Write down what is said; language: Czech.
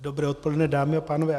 Dobré odpoledne, dámy a pánové.